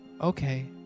Okay